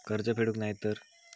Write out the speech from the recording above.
कर्ज फेडूक नाय तर?